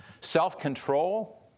self-control